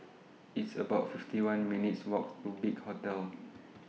It's about fifty one minutes' Walk to Big Hotel